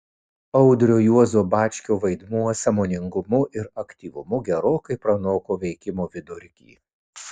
audrio juozo bačkio vaidmuo sąmoningumu ir aktyvumu gerokai pranoko veikimo vidurkį